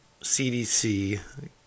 CDC